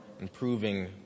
improving